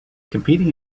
competing